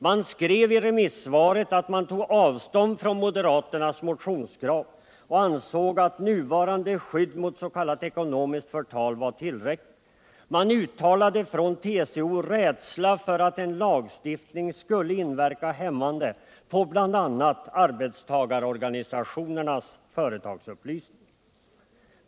Man skrev i remissvaret att man tog avstånd från moderaternas motionskrav och ansåg att nuvarande skydd mot s.k. ekonomiskt förtal var tillräckligt. Man uttalade från TCO rädsla för att en lagstiftning skulle inverka hämmande på bl.a. arbetstagarorganisationernas företagsupplysning.